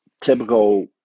typical